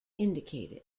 indicated